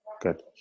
Good